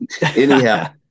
anyhow